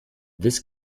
this